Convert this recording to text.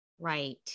right